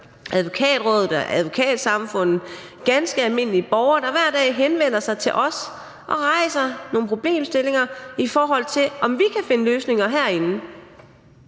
Advokatrådet og Advokatsamfundet; det kan være ganske almindelige borgere, der hver dag henvender sig til os og rejser nogle problemstillinger, i forhold til om vi kan finde løsninger herinde.